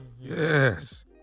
Yes